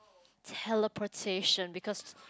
teleportation because